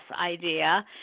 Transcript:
idea